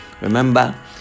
Remember